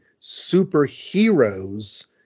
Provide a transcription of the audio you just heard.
superheroes